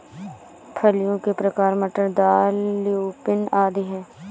फलियों के प्रकार मटर, दाल, ल्यूपिन आदि हैं